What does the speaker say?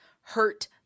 hurt